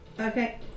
Okay